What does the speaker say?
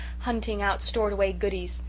hunting out stored away goodies.